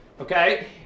okay